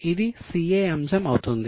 ఇది CA అంశం అవుతుంది